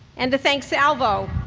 and to thank salvo,